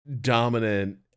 dominant